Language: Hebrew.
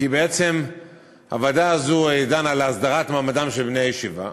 כי בעצם הוועדה הזאת דנה בהסדרת מעמדם של בני הישיבה,